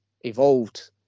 evolved